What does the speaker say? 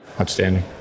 Outstanding